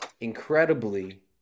incredibly